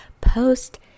post